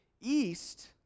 east